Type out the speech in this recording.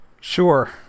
Sure